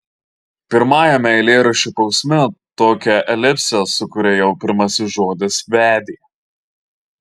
pirmajame eilėraščio posme tokią elipsę sukuria jau pirmasis žodis vedė